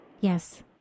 Yes